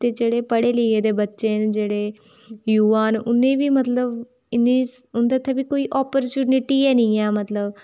ते जेह्ड़े पढ़े लिखे दे बच्चे न जेह्ड़े युवा न उ'नें बी मतलब इन्नी उं'दे थे बी कोई ओप्परचुनिट ऐ नी ऐ मतलब